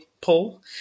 pull